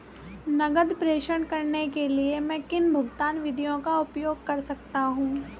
नकद प्रेषण करने के लिए मैं किन भुगतान विधियों का उपयोग कर सकता हूँ?